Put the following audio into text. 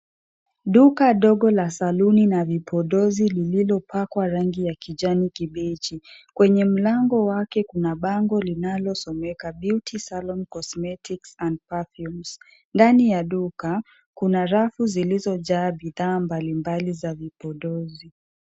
Duka dogo la saluni na vipodozi lililopakwa rangi ya kijani kibichi. Kwenye mlango wake kuna bango linalosomeka Beauty Salon Cosmetics and Perfumes . Ndani ya duka, kuna rafu zilizojaa bidhaa mbali mbali za vipodozi.